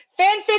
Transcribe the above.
fanfic